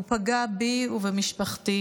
הוא פגע בי ובמשפחתי.